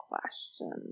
question